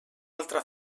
altra